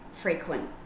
frequent